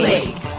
League